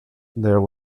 there